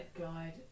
guide